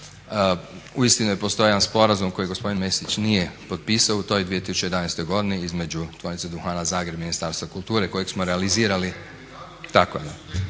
Uistinu je postojao jedan sporazum koji gospodin Mesić nije potpisao u toj 2011. godini između Tvornice duhana Zagreb i Ministarstva kulture kojeg smo realizirali.